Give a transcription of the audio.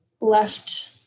left